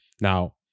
Now